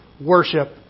worship